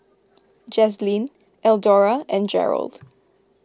Jazlene Eldora and Jerold